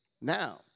now